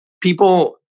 People